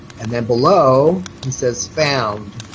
and then below he says found.